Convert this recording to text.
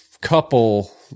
couple